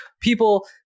people